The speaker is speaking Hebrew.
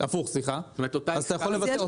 אז אתה יכול לבטל.